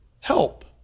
help